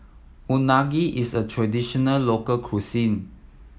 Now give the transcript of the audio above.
unagi is a traditional local cuisine